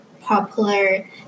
popular